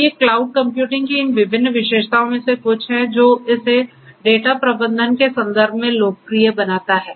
तो ये cloud computing की इन विभिन्न विशेषताओं में से कुछ हैं जो इसे डेटा प्रबंधन के संदर्भ में लोकप्रिय बनाता है